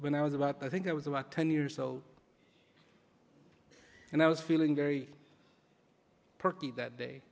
when i was about i think i was about ten years old and i was feeling very perky that day